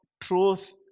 truth